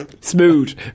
Smooth